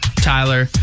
Tyler